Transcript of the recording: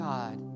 God